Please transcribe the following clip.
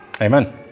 Amen